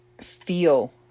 feel